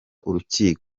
urukiko